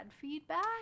feedback